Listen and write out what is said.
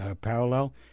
parallel